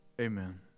Amen